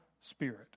spirit